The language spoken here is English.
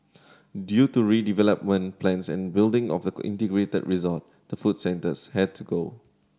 due to redevelopment plans and building of the integrated resort the food centres had to go